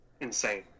Insane